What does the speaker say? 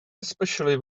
especially